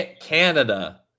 Canada